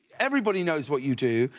everybody knows what you do.